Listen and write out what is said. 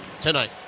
tonight